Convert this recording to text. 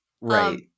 Right